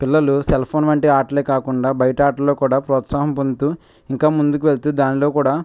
పిల్లలు cell phone వంటి ఆటలే కాకుండా బయట ఆటల్లో కూడా ప్రొత్సాఅహం పొందుతూ ఇంకా ముందుకు వెళుతూ దానిలో కూడా